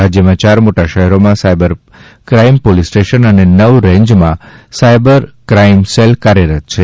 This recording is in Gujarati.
રાજ્યમાં ચાર મોટા શહેરોમાં સાયબર ક્રાઇમ પોલીસ સ્ટેશન અને નવ રેન્જમાં સાયબર ક્રાઇમ સેલ કાર્યરત છે